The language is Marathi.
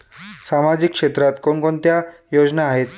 सामाजिक क्षेत्रात कोणकोणत्या योजना आहेत?